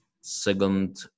second